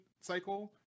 cycle